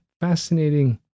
fascinating